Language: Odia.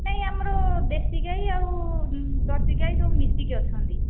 ନାଇଁ ଆମର ଦେଶୀ ଗାଈ ଆଉ ଜର୍ଷି ଗାଈ ସବୁ ମିଶିକି ଅଛନ୍ତି